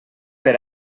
per